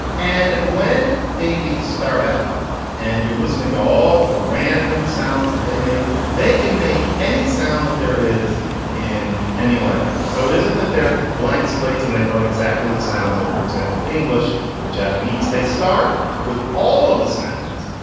and when babies start out and you're listening to all the random sounds that they make, they can make any sound that there is in any language. and so it isn't that they're blank slates and they learn exactly the sounds of, for example, english or japanese. they start with all of the sounds.